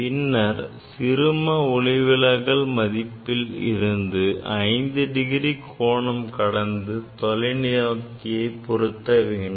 பின்னர் சிறும ஒளிவிலகல் மதிப்பில் இருந்து 5 டிகிரி கோணம் கடந்து தொலைநோக்கியை பொருத்த வேண்டும்